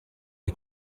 est